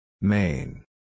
Main